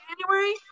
January